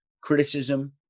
criticism